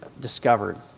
discovered